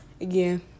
again